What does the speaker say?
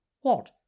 What